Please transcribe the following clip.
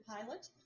pilot